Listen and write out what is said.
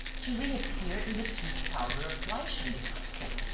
to reappear in the tooth-powder of bleichen, the consul,